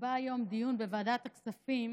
שנקבע היום דיון בוועדת הכספים